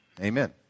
Amen